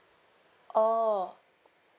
oh